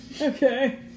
Okay